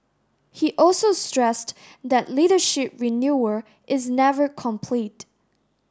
he also stressed that leadership renewal is never complete